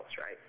right